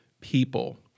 people